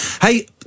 Hey